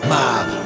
Mob